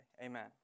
Amen